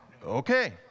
Okay